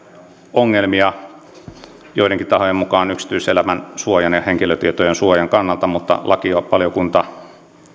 ongelmia joidenkin tahojen mukaan yksityiselämän suojan ja henkilötietojen suojan kannalta mutta lakivaliokunta